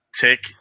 Tick